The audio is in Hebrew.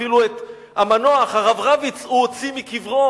אפילו את המנוח הרב רביץ הוא הוציא מקברו,